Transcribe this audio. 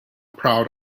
proud